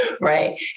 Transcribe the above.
right